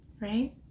right